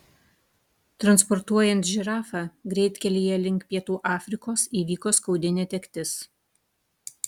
transportuojant žirafą greitkelyje link pietų afrikos įvyko skaudi netektis